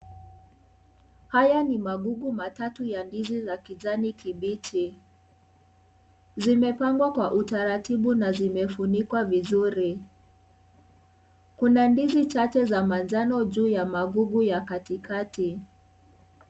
Haya ni magungu matatu ya ndizi za kijani kibichi. Zimepangwa kwa utaratibu na zimefunikwa vizuri. Kuna ndizi chache za manjano juu ya magungu ya katikati.